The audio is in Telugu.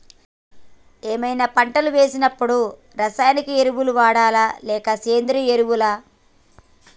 ఏదైనా పంట వేసినప్పుడు రసాయనిక ఎరువులు వాడాలా? లేక సేంద్రీయ ఎరవులా?